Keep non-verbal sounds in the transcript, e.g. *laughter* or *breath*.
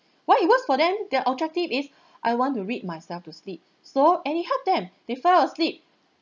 well it works for them their objective is *breath* I want to read myself to sleep *breath* so anyhow that they fell asleep